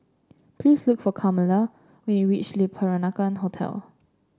please look for Carmela when you reach Le Peranakan Hotel